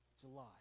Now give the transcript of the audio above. July